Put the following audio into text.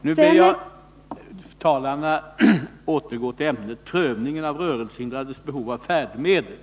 Jag ber talarna att återgå till ämnet, som är prövningen av rörelsehindrades behov av färdtjänst.